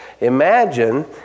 Imagine